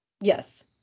Yes